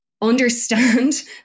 understand